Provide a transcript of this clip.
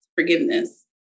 Forgiveness